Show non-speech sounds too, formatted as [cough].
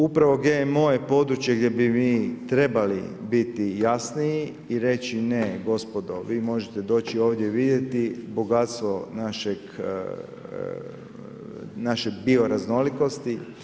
Upravo GMO je područje gdje bi mi trebali biti jasniji i reći ne, gospodo, vi možete doći ovdje vidjeti bogatstvo naše… [unintelligible] raznolikosti.